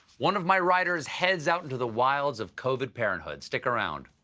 one of my writers heads out into the wilds of covid parenthood. stick around.